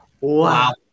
Wow